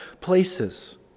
places